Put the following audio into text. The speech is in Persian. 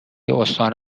استان